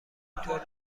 اینطور